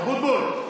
אבוטבול.